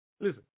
Listen